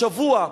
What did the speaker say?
השבוע,